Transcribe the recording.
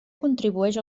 contribueix